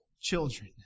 children